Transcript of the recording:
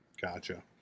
Gotcha